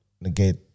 negate